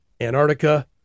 Antarctica